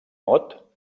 mot